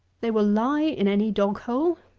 they will lie in any dog-hole.